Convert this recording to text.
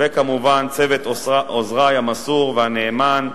וכמובן צוות עוזרי המסור והנאמן,